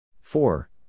Four